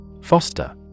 Foster